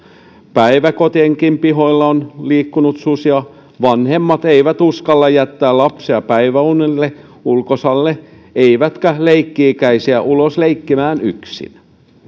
päiväkotienkin pihoilla on liikkunut susia vanhemmat eivät uskalla jättää lapsia päiväunille ulkosalle eivätkä leikki ikäisiä ulos leikkimään yksin